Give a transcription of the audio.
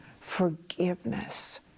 forgiveness